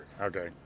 Okay